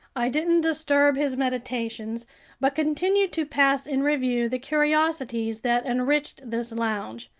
i didn't disturb his meditations but continued to pass in review the curiosities that enriched this lounge.